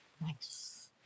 Nice